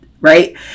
right